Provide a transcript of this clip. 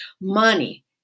money